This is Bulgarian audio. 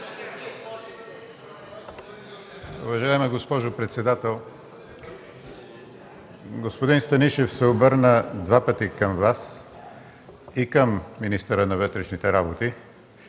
Уважаема госпожо председател, господин Станишев се обърна два пъти към Вас и към министъра на вътрешните работи